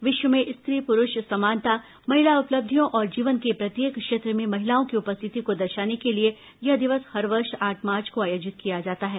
विश्व में स्त्री पुरूष समानता महिला उपलब्धियों और जीवन के प्रत्येक क्षेत्र में महिलाओं की उपस्थिति को दर्शाने के लिए यह दिवस हर वर्ष आठ मार्च को आयोजित किया जाता है